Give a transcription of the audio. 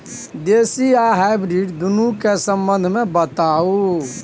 देसी आ हाइब्रिड दुनू के संबंध मे बताऊ?